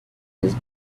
his